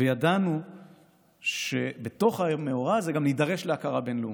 וידענו שבתוך המאורע הזה גם נידרש להכרה בין-לאומית,